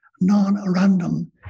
non-random